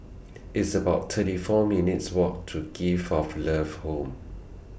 It's about thirty four minutes' Walk to Gift of Love Home